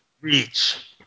reach